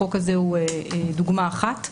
החוק' הזה הוא דוגמה אחת.